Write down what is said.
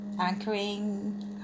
anchoring